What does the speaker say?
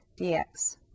dx